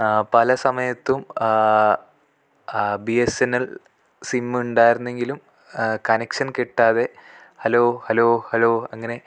പല സമയത്തും ബീയെസ്സെന്നൽ സിമ്മുണ്ടായിരുന്നെങ്കിലും കനക്ഷൻ കിട്ടാതെ ഹാലോ ഹാലോ ഹാലോ അങ്ങനെ